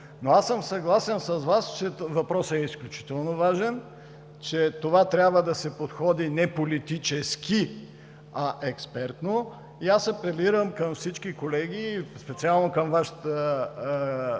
Аз съм съгласен с Вас, че въпросът е изключително важен, че трябва да се подходи не политически, а експертно. И аз апелирам към всички колеги, специално към Вашата